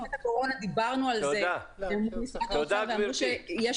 בתקופת הקורונה דיברנו על זה עם משרד האוצר ואמרו שיש